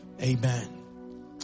amen